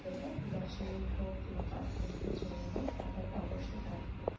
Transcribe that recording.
সেটা দশ মিনিট হোক কিংবা পাঁচ মিনিটের জন্য হোক সাঁতারটা অবশ্যই কাটবে